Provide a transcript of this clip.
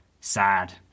Sad